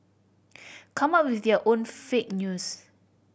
come up with your own fake news